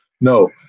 no